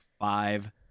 five